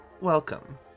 Welcome